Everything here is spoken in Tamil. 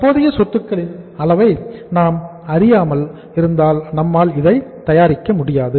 தற்போதைய சொத்துக்களின் அளவை நாம் அறியாமல் இருந்தால் நம்மால் இதை தயாரிக்க முடியாது